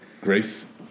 grace